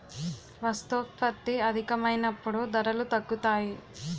వస్తోత్పత్తి అధికమైనప్పుడు ధరలు తగ్గుతాయి